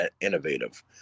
innovative